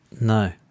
No